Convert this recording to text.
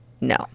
No